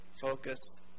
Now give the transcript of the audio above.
focused